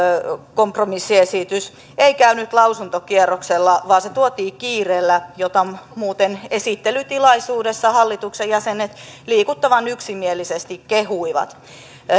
kompromissiesitys ei käynyt lausuntokierroksella vaan se tuotiin kiireellä ja tätä muuten esittelytilaisuudessa hallituksen jäsenet liikuttavan yksimielisesti kehuivat